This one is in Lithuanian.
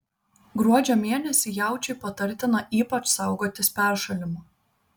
gruodžio mėnesį jaučiui patartina ypač saugotis peršalimo